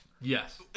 Yes